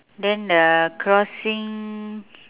then the crossing